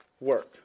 work